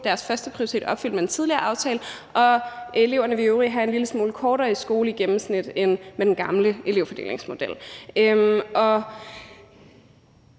deres førsteprioritet opfyldt med den tidligere aftale, og eleverne ville i øvrigt få en lille smule kortere i skole i gennemsnit end med den gamle elevfordelingsmodel.